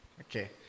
Okay